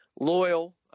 Loyal